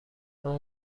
اما